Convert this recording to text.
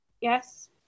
yes